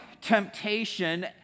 temptation